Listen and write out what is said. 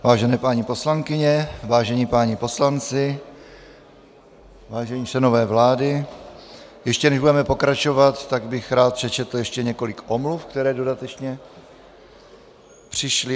Vážené paní poslankyně, vážení páni poslanci, vážení členové vlády, ještě než budeme pokračovat, tak bych rád přečetl ještě několik omluv, které dodatečně přišly.